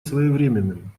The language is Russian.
своевременным